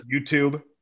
youtube